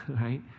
right